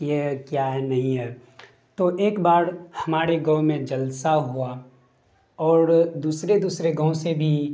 کہ یہ کیا ہے نہیں ہے تو ایک بار ہمارے گائوں میں جلسہ ہوا اور دوسرے دوسرے گاؤں سے بھی